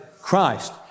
Christ